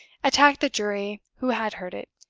attacked the jury who had heard it,